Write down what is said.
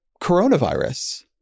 coronavirus